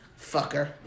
fucker